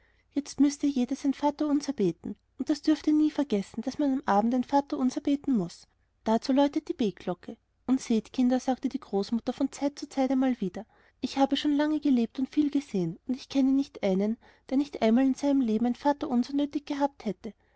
jetzt müßt ihr jedes ein vaterunser beten und das dürft ihr nie vergessen daß man am abend sein vaterunser beten muß dazu läutet die betglocke und seht kinder sagte die großmutter von zeit zu zeit einmal wieder ich habe schon lange gelebt und viel gesehen und ich kenne nicht einen der nicht einmal in seinem leben sein vaterunser nötig gehabt hätte